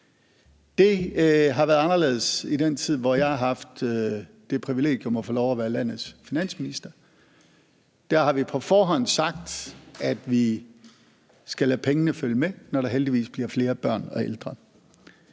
Det har været anderledes i den tid, hvor jeg har haft det privilegium at få lov at være landets finansminister. Der har vi på forhånd sagt, at vi skal lade pengene følge med, når der heldigvis kommer flere børn og ældre.